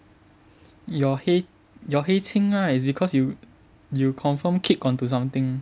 your your 黑青 right is because you you confirm kick onto something